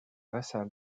vassal